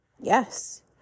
Yes